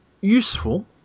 useful